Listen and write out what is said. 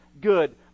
good